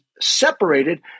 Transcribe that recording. separated